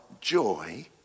joy